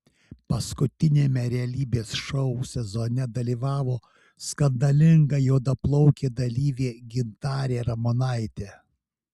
paskutiniame realybės šou sezone dalyvavo skandalinga juodaplaukė dalyvė gintarė ramonaitė